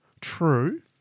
True